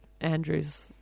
Andrews